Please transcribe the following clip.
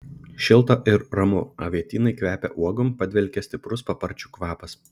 šilta ir ramu avietynai kvepia uogom padvelkia stiprus paparčių kvapas